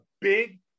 big